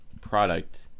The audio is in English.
product